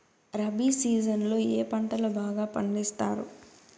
rabi season లో ఏ పంటలు బాగా పండిస్తారు